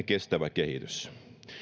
kestävä kehitys